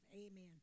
Amen